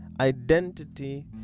identity